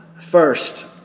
First